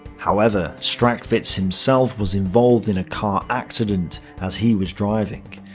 however, strachwitz himself was involved in a car accident as he was driving.